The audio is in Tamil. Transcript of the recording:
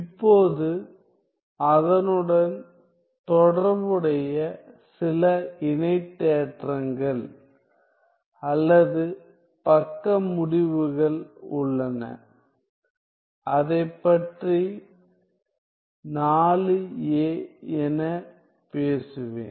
இப்போது அதனுடன் தொடர்புடைய சில இணைதேற்றங்கள் அல்லது பக்க முடிவுகள் உள்ளன அதைப் பற்றி 4a என பேசுவேன்